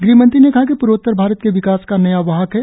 गृह मंत्री ने कहा कि पूर्वोतर भारत के विकास का नया वाहक है